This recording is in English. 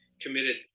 committed